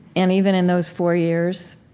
and even in those four years,